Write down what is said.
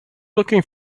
looking